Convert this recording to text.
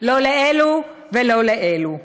לא לאלו ולא לאלו.